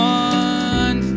one